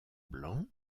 blancs